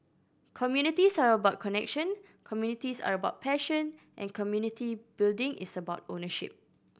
communities are about connection communities are about passion and community building is about ownership